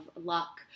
luck